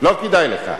לא כדאי לך.